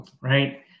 right